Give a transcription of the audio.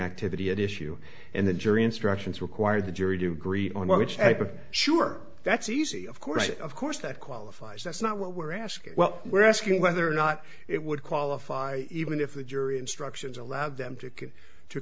activity at issue and the jury instructions require the jury do agree on which sure that's easy of course of course that qualifies that's not what we're asking well we're asking whether or not it would qualify even if the jury instructions allow them to